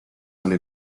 oli